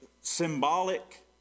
symbolic